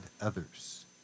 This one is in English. others